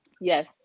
yes